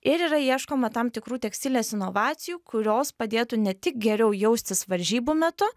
ir yra ieškoma tam tikrų tekstilės inovacijų kurios padėtų ne tik geriau jaustis varžybų metu